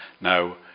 now